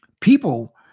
People